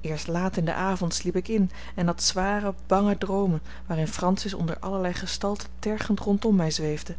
eerst laat in den nacht sliep ik in en had zware bange droomen waarin francis onder allerlei gestalten tergend rondom mij zweefde